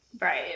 Right